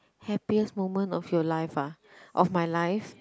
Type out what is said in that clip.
happiest moment of your life ah of my life